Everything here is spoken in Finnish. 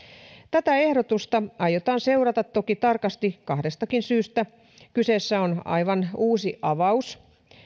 tätä ehdotusta aiotaan seurata toki tarkasti kahdestakin syystä kyseessä on aivan uusi avaus